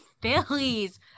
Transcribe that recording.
Phillies